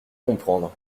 comprendre